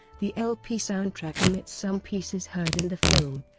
the lp soundtrack omits some pieces heard in the film,